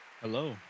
Hello